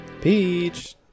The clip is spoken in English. Peach